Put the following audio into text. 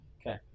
Okay